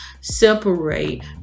separate